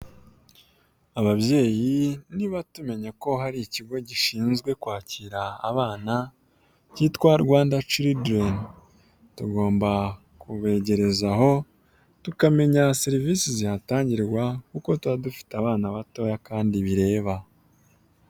Ababyeyi niba tumenya ko hari ikigo gishinzwe kwakira abana kitwa Rwanda children tugomba kubegerezaho tukamenya serivisi zihatangirwa kuko tuba dufite abana batoya kandi bireba.